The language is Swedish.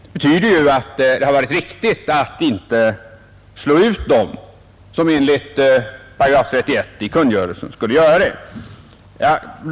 Det betyder ju att det hade varit riktigt att inte slå ut dem som enligt 31 § i kungörelsen skulle slås ut.